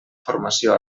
formació